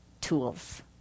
tools